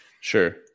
Sure